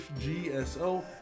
GSO